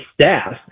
staff